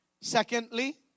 Secondly